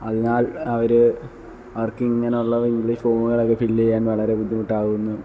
അതിനാൽ അവര് അവർക്കിങ്ങനെയുള്ള ഇംഗ്ലീഷ് ഫോമുകൾ ഒക്കെ ഫിൽ ചെയ്യാൻ വളരെ ബുദ്ധിമുട്ടാവുന്നു